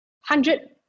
hundred